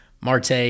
Marte